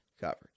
coverage